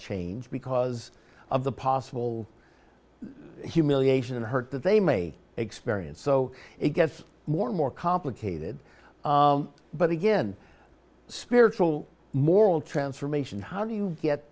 change because of the possible humiliation and hurt that they may experience so it gets more and more complicated but again spiritual moral transformation h